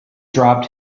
dropped